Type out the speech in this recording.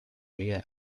really